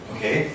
Okay